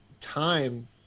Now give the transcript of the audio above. time